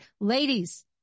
ladies